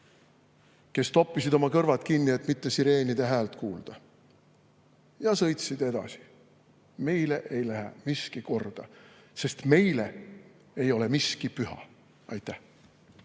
kes toppisid oma kõrvad kinni, et mitte sireenide häält kuulda, ja sõitsid edasi. Meile ei lähe miski korda, sest meile ei ole miski püha. Aitäh!